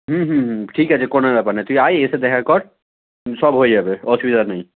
হুম হুম হুম ঠিক আছে কোনো ব্যাপার না তুই আয় এসে দেখা কর সব হয়ে যাবে অসুবিধা নেই